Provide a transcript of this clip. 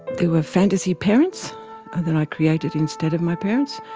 there were fantasy parents that i created instead of my parents,